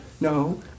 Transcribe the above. no